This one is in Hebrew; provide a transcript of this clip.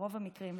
ברוב המקרים,